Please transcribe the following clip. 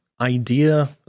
idea